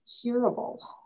curable